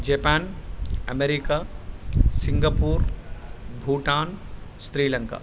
Japan America Singapore Bhutan Sri Lanka